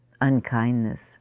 unkindness